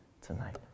tonight